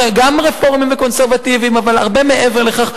גם רפורמיים וקונסרבטיביים אבל הרבה מעבר לכך,